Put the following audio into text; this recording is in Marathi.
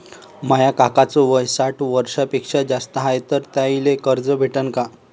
माया काकाच वय साठ वर्षांपेक्षा जास्त हाय तर त्याइले कर्ज भेटन का?